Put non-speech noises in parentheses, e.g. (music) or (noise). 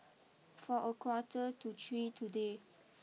for a quarter to three today (noise)